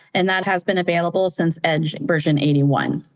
and that has been available since edge version eighty one.